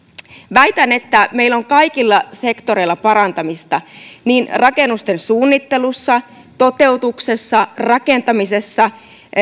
väitän että meillä on kaikilla sektoreilla parantamista niin rakennusten suunnittelussa toteutuksessa rakentamisessa